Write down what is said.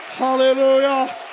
hallelujah